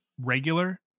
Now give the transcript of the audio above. regular